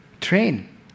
train